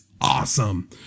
awesome